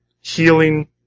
healing